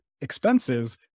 expenses